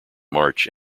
march